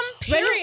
Period